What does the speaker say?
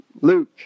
Luke